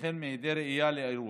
וכן מעדי ראייה באירוע.